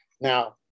Now